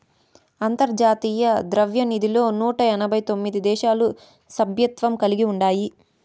అంతర్జాతీయ ద్రవ్యనిధిలో నూట ఎనబై తొమిది దేశాలు సభ్యత్వం కలిగి ఉండాయి